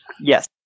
Yes